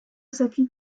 s’appuie